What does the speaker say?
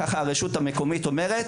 כך הרשות המקומית אומרת,